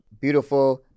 beautiful